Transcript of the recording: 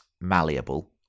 malleable